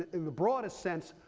in the broadest sense,